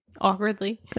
Awkwardly